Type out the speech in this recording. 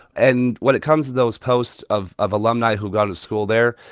and when it comes to those posts of of alumni who go to school there,